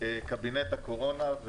קבינט הקורונה.